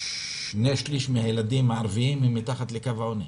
ש-2/3 מהילדים הערבים הם מתחת לקו העוני,